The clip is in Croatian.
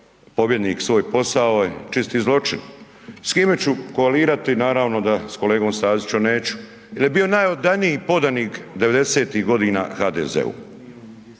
pobjednik svoj posao je čisti zločin. S kime ću koalirati, naravno da s kolegom STazićom neću jel je bio najodaniji podanik devedesetih godina HDZ-u.